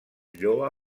lloa